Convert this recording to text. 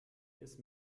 ist